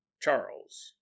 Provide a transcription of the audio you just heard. Charles